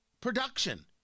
production